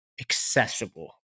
accessible